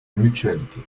mutualité